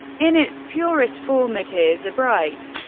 in its purest form, it is a bright,